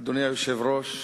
אדוני היושב-ראש,